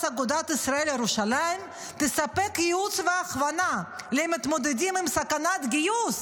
אגודת ישראל ירושלים תספק יעוץ והכוונה למתמודדים עם סכנת גיוס,